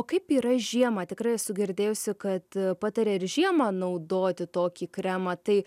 o kaip yra žiemą tikrai esu girdėjusi kad pataria ir žiemą naudoti tokį kremą tai